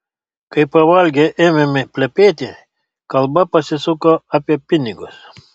kai pavalgę ėmėme plepėti kalba pasisuko apie pinigus